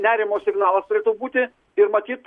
nerimo signalas turėtų būti ir matyt